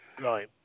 Right